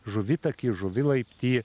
žuvitakį žuvilaiptį